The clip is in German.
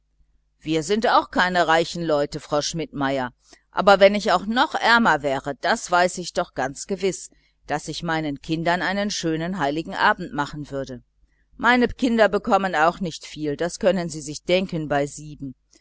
wir sind auch keine reichen leute schmidtmeierin aber wenn ich auch noch viel ärmer wäre das weiß ich doch ganz gewiß daß ich meinen kindern einen schönen heiligen abend machen würde meine kinder bekommen auch nicht viel das können sie sich denken bei